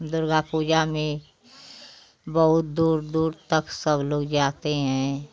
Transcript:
दुर्गा पूजा में बहुत दूर दूर तक सब लोग जाते हैं